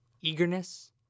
eagerness